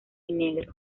negro